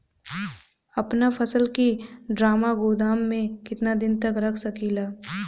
अपना फसल की ड्रामा गोदाम में कितना दिन तक रख सकीला?